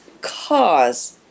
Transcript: cause